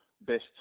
best